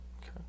Okay